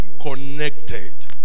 connected